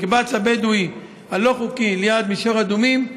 המקבץ הבדואי הלא-חוקי ליד מישור אדומים,